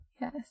yes